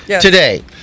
today